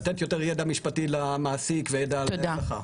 לתת יותר ידע משפטי למעסיק וידע לרווחה.